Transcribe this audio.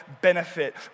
benefit